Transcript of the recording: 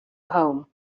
home